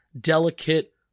delicate